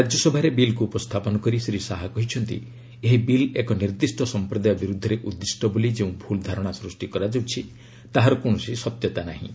ରାଜ୍ୟସଭାରେ ବିଲ୍କୁ ଉପସ୍ଥାପନ କରି ଶ୍ରୀ ଶାହା କହିଛନ୍ତି ଏହି ବିଲ୍ ଏକ ନିର୍ଦ୍ଦିଷ୍ଟ ସମ୍ପ୍ରଦାୟ ବିରୃଦ୍ଧରେ ଉଦ୍ଦିଷ୍ଟ ବୋଲି ଯେଉଁ ଭ୍ରଲ୍ ଧାରଣା ସୃଷ୍ଟି କରାଯାଉଛି ତାହାର କୌଣସି ସତ୍ୟତା ନାହିଁ